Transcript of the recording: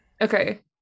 okay